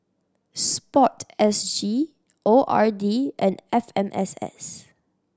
Sport S G O R D and F M S S